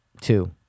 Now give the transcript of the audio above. Two